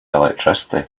electricity